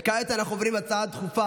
כעת אנחנו עוברים להצעות דחופות